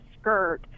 skirt